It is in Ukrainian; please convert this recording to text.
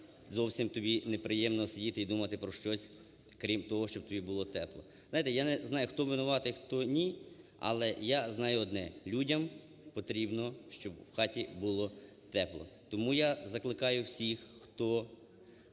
зовсім, тобі неприємно сидіти і думати про щось крім того, щоб тобі було тепло. Ви знаєте, я не знаю, хто винуватий, хто ні, але я знаю одне, людям потрібно, щоб в хаті було тепло. Тому я закликаю всіх, хто